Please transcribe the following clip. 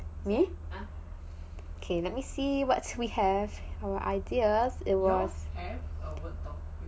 me okay let me see what we have our idea it was